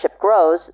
grows